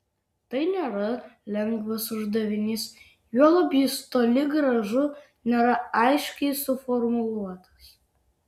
tai nėra lengvas uždavinys juolab jis toli gražu nėra aiškiai suformuluotas